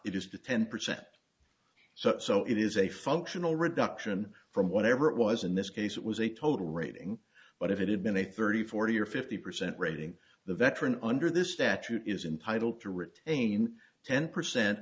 is to ten percent so so it is a functional reduction from whatever it was in this case it was a total rating but if it had been a thirty forty or fifty percent rating the veteran under this statute is entitle to retain ten percent